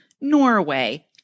Norway